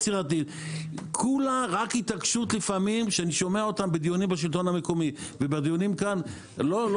ארבע שנים כדי לאשר דח"צים זה רק מראה לך כמה הם באמת לא רוצים